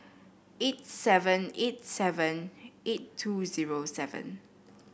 eight seven eight seven eight two zero seven